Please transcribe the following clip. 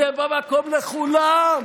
יהיה בה מקום לכולם,